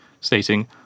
stating